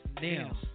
nails